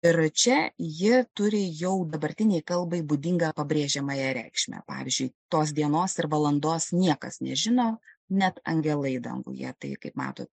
ir čia ji turi jau dabartinei kalbai būdingą pabrėžiamąją reikšmę pavyzdžiui tos dienos ir valandos niekas nežino net angelai danguje tai kaip matot